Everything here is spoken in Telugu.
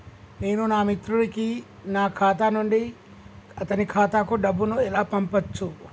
నేను నా మిత్రుడి కి నా ఖాతా నుండి అతని ఖాతా కు డబ్బు ను ఎలా పంపచ్చు?